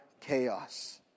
chaos